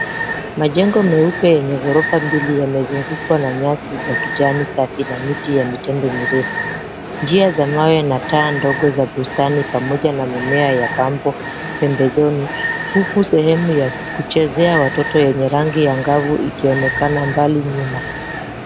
Majengo meupe yenye ghorofa mbili yamezungukwa na nyasi za kijani safi na miti ya mitende mirefu. Njia za mawe na taa ndogo za bustani pamoja na mimea ya pambo pembezoni huku sehemu ya kuchezea watoto yenye rangi angavu ikionekana mbali nyuma.